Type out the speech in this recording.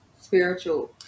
Spiritual